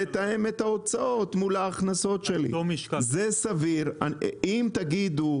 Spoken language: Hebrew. זה אירוע ארוך ומייגע,